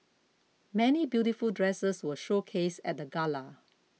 many beautiful dresses were showcased at the gala